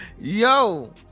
Yo